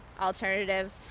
alternative